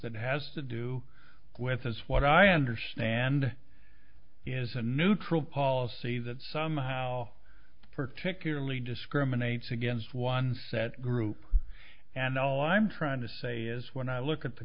that has to do with as what i understand is a neutral policy that somehow particularly discriminates against one set group and all i'm trying to say is when i look at the